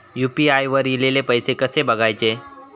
UPI वर ईलेले पैसे कसे बघायचे?